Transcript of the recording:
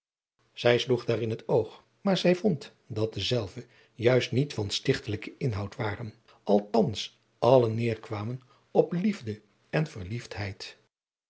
zij sloeg daar in het oog maar zij vond dat dezelve juist niet van stichtelijken inhoud waren althans alle neêrkwamen op liefde en verliefdheid